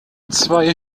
zwei